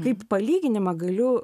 kaip palyginimą galiu